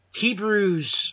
Hebrews